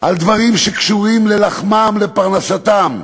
הגיעו על דברים שקשורים ללחמם, לפרנסתם.